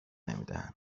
نمیدهند